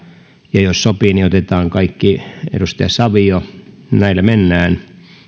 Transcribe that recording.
ja savio jos sopii niin otetaan kaikki näillä mennään